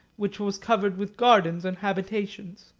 which was covered with gardens and habitations.